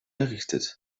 errichtet